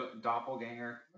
doppelganger